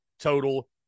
total